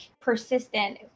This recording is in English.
persistent